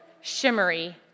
shimmery